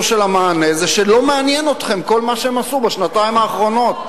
של המענה זה שלא מעניין אתכם כל מה שהם עשו בשנתיים האחרונות.